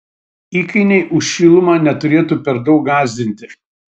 įkainiai už šilumą neturėtų per daug gąsdinti